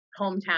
hometown